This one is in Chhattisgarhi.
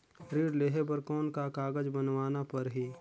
ऋण लेहे बर कौन का कागज बनवाना परही?